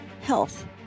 health